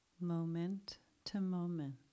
moment-to-moment